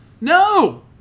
no